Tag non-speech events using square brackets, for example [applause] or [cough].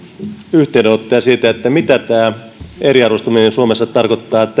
yhteydenottoja siitä mitä tämä eriarvoistuminen suomessa tarkoittaa [unintelligible]